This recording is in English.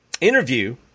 interview